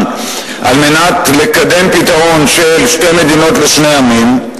על מנת לקדם פתרון של שתי מדינות לשני עמים,